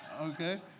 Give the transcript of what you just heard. Okay